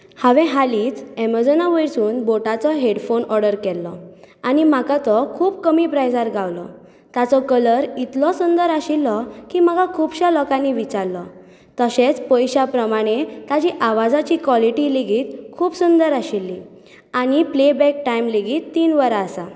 हांवें हालींच एमजॉना वयरसून बोटाचो हेडफोन ऑडर केल्लो आनी म्हाका तो खूब कमी प्रायजार गावलो ताजो कलर इतलो सुंदर आशिल्लो की म्हाका खुबशा लोकांनी विचारलो तशेंच पयशा प्रमाणे ताजी आवाजाची कॉलिटी लेगीत खूब सुंदर आशिल्ली आनी प्ले बॅक टायम लेगीत तीन वरां आसा